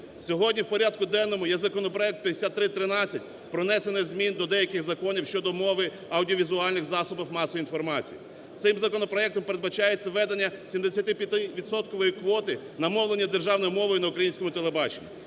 Сьогодні в порядку денному є законопроект (5313) про внесення змін до деяких законів щодо мови, аудіовізуальних засобів масової інформації. Цим законопроектом передбачається введення 75-відсоткової квоти на мовлення, державне мовлення на українському телебаченні.